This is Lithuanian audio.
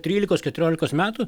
trylikos keturiolikos metų